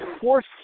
force